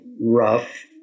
rough